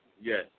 Yes